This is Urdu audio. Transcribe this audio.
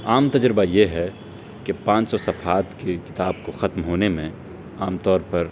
عام تجربہ یہ ہے کہ پانچ سو صفحات کی کتاب کو ختم ہونے میں عام طور پر